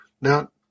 Now